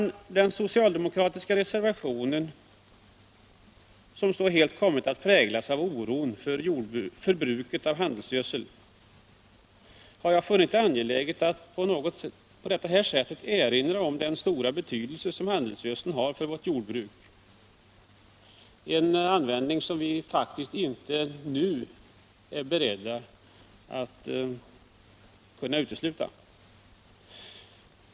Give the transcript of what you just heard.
Då den socialdemokratiska reservationen så helt har kommit att präglas av oron för bruket av handelsgödsel, har jag funnit det angeläget att på det här sättet erinra om den stora betydelse som handelsgödseln har för vårt jordbruk, en användning som vi faktiskt inte nu är beredda att utesluta.